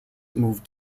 move